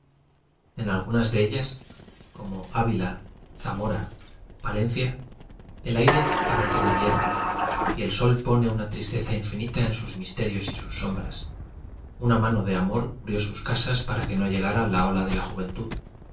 en algunas de ellas como ávi p jartlora palencia el aire parece de hiee sol pone una tristeza infinita en sus usíei ios y sus sombras una mano de m r cubrió sus casas para que no llegara d o a ej a juventud